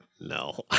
No